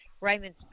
Raymond